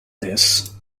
this